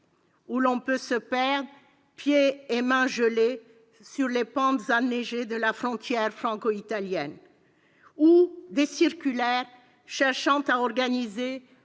Où l'on peut se perdre, pieds et mains gelés, sur les pentes enneigées de la frontière franco-italienne. Où des circulaires cherchent à organiser